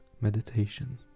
meditation